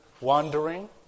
wandering